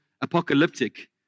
apocalyptic